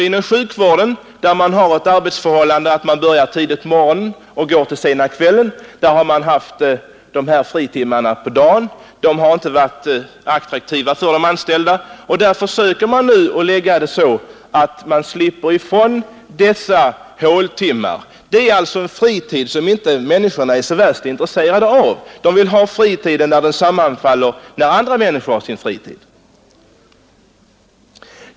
Inom sjukvården börjar man tidigt på morgonen och slutar sent på kvällen med några fritimmar mitt på dagen. Detta har inte varit attraktivt för de anställda, och därför söker man förlägga arbetstiden så att man slipper från dessa håltimmar. Man vill alltså ha sin fritid när andra människor har sin fritid.